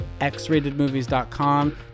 xratedmovies.com